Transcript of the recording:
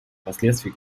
последствий